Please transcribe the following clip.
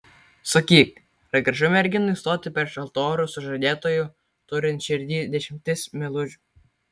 sakyk ar gražu merginai stoti prieš altorių su žadėtuoju turint širdyj dešimtis meilužių